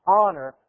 honor